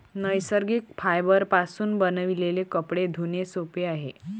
नैसर्गिक फायबरपासून बनविलेले कपडे धुणे सोपे आहे